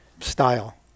style